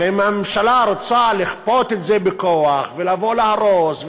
אבל אם הממשלה רוצה לכפות את זה בכוח ולבוא להרוס,